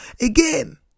again